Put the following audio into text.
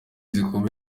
zikomeye